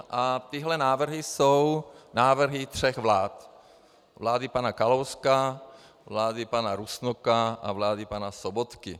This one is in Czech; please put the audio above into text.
A tyto návrhy jsou návrhy tří vlád, vlády pana Kalouska, vlády pana Rusnoka a vlády pana Sobotky.